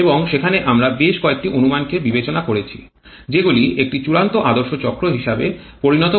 এবং সেখানে আমরা বেশ কয়েকটি অনুমানকে বিবেচনা করেছি যেগুলি একটি চূড়ান্ত আদর্শ চক্র হিসাবে পরিণত করে